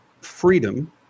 freedom